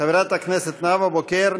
של חברי הכנסת נאוה בוקר,